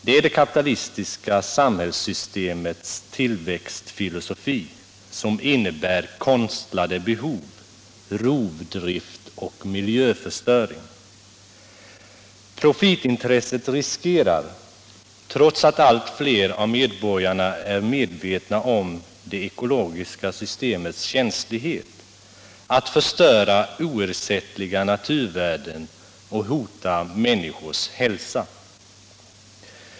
Det är det kapitalistiska samhällssystemets tillväxtfilosofi som innebär konstlade behov, rovdrift och miljöförstöring. Det finns risk för att profitintresset, trots att allt fler av medborgarna är medvetna om det ekologiska systemets känslighet, förstör oersättliga naturvärden och hotar människors hälsa.